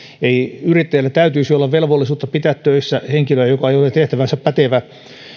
ei yrittäjällä pitäisi olla velvollisuutta pitää töissä henkilöä joka ei ole tehtäväänsä pätevä